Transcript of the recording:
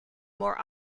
more